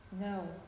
No